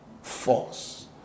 force